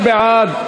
מי בעד?